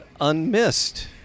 unmissed